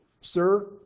Sir